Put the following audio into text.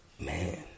Man